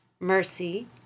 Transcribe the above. Mercy